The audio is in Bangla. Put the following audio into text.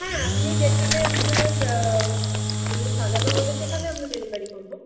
হ্যাঁ আপনি যেখানে আপনার জিনিস সাজানো হবে সেখানে আমরা ডেলিভারি করবো